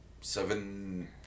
seven